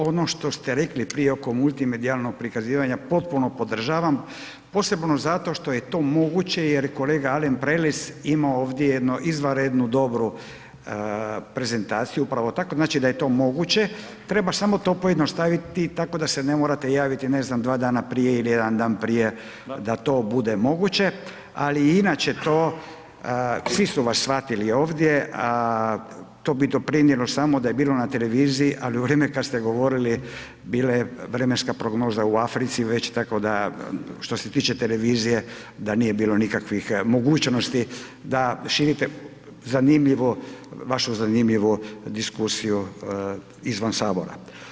Ono što ste rekli prije oko multimedijalnog prikazivanja, potpuno podržavam posebno zato što je to moguće jer kolega Alen Prelec ima ovdje jednu izvanrednu dobru prezentaciju upravo tako, znači da je to moguće, treba samo to pojednostaviti tako da se ne morate javiti, ne znam, 2 dana prije ili 1 dan prije da to bude moguće ali i inače to, svi su vas shvatili ovdje, to bi doprinijelo samo da je bilo na televiziji ali u vrijeme kad ste govorili, bila je vremenska prognoza u Africi već tako da što se tiče televizije da nije bilo nikakvih mogućnosti da širite vašu zanimljivu diskusiju izvan Sabora.